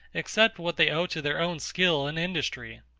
except what they owe to their own skill and industry.